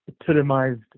epitomized